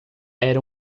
era